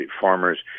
farmers